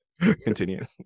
continue